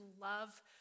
love